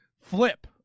flip